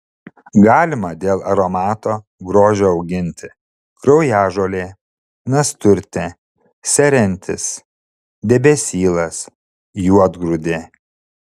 galima dėl aromato grožio auginti kraujažolė nasturtė serentis debesylas juodgrūdė